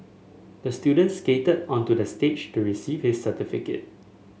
the student skated onto the stage to receive his certificate